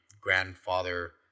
grandfather